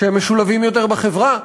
שמשולבים יותר בחברה,